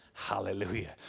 Hallelujah